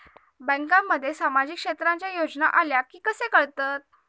बँकांमध्ये सामाजिक क्षेत्रांच्या योजना आल्या की कसे कळतत?